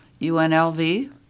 UNLV